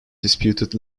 disputed